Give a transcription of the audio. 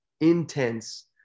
intense